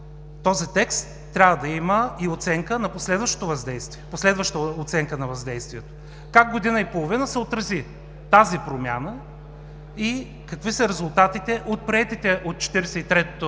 този текст трябва да има и последваща оценка на въздействието. Как година и половина се отрази тази промяна и какви са резултатите от приетите от